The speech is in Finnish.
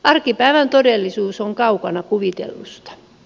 arkipäivän todellisuus on kaukana kuvitellusta